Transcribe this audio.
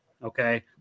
Okay